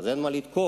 אז אין מה לתקוף.